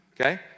okay